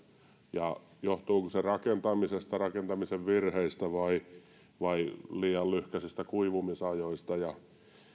johtuuko se rakentamisesta rakentamisen virheistä vai liian lyhkäsistä kuivumisajoista